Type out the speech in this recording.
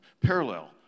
parallel